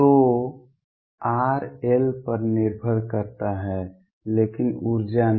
तो r l पर निर्भर करता है लेकिन ऊर्जा नहीं